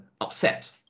upset